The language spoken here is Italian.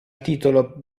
titolo